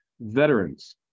veterans